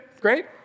Great